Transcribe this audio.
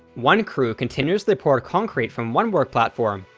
one crew continuously poured concrete from one work platform,